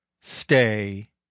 stay